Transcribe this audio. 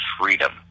freedom